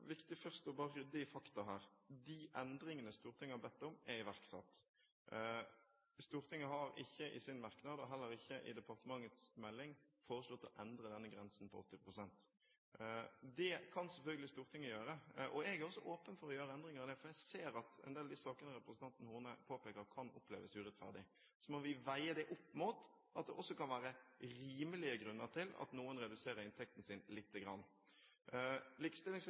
viktig først å rydde i fakta her. De endringene som Stortinget har bedt om, er iverksatt. Stortinget har ikke i sin merknad – og det er det heller ikke tatt til orde for i departementets melding – foreslått å endre denne grensen på 80 pst. Det kan selvfølgelig Stortinget gjøre. Jeg er også åpen for å gjøre endringer, for jeg ser at en del av de sakene representanten Horne påpeker, kan oppleves som urettferdig. Så må vi veie det opp mot at det også kan være rimelige grunner til at noen reduserer inntekten sin lite grann. Likestillings-